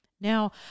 Now